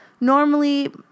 Normally